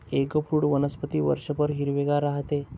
eggfruit वनस्पती वर्षभर हिरवेगार राहते